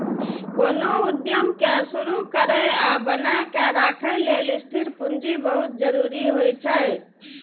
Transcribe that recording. कोनो उद्यम कें शुरू करै आ बनाए के राखै लेल स्थिर पूंजी बहुत जरूरी होइ छै